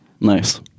nice